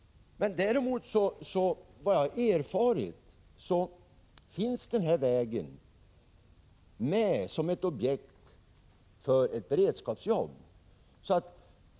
Enligt vad jag har erfarit finns däremot den här vägen med som ett objekt för beredskapsjobb.